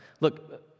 look